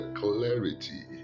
clarity